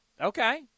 okay